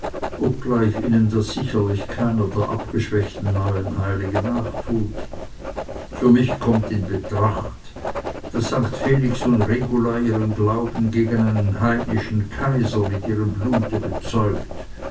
obgleich ihnen das sicherlich keiner der abgeschwächten neuen heiligen nachtut für mich kommt in betracht daß st felix und regula ihren glauben gegen einen heidnischen kaiser mit ihrem blute bezeugt